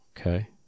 Okay